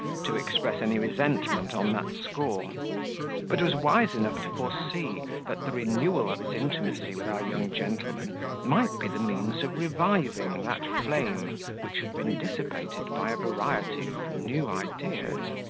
to express any resentment on that score but was wise enough to foresee, that the renewal of his intimacy with our young gentleman might be the means of reviving that flame which had been dissipated by a variety of new ideas.